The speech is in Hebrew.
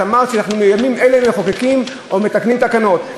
אמרת: בימים אלה אנחנו מחוקקים או מתקנים תקנות.